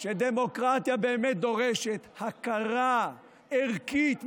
שדמוקרטיה באמת דורשת הכרה ערכית,